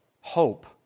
hope